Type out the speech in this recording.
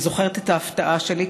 אני זוכרת את ההפתעה שלי,